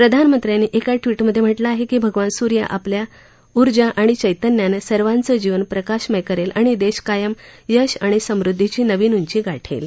प्रधानमंत्र्यांनी एका ट्विटमधे म्हटलं आहे की भगवान सूर्य आपल्या ऊर्जा आणि चैतन्यानं सर्वांचं जीवन प्रकाशमय करेल आणि देश कायम यश आणि समृद्धीची नविन उंची गाठेल